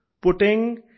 putting